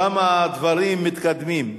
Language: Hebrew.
שם דברים מתקדמים.